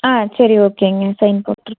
ஆ சரி ஓகேங்க சைன் போட்டுகிறேன்